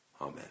Amen